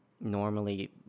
normally